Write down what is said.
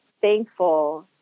thankful